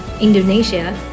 Indonesia